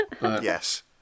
Yes